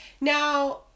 Now